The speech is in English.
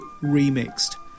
remixed